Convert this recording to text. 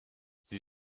sie